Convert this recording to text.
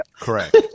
Correct